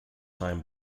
time